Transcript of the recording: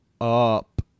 up